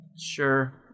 Sure